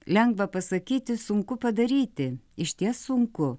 lengva pasakyti sunku padaryti išties sunku